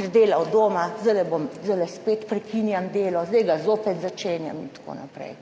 ker dela od doma, zdaj spet prekinjam delo, zdaj ga zopet začenjam in tako naprej.